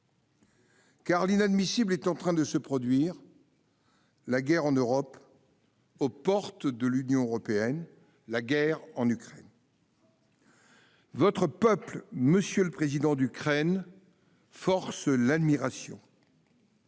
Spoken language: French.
Car l'inadmissible est en train de se produire : la guerre en Europe, aux portes de l'Union européenne ; la guerre en Ukraine. Votre peuple, monsieur le président de l'Ukraine, force l'admiration.